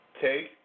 Take